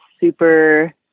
super